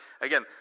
again